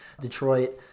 Detroit